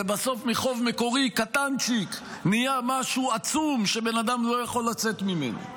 ובסוף מחוב מקורי קטנצ'יק נהיה משהו עצום שבן אדם לא יכול לצאת ממנו.